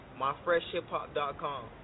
myfreshhiphop.com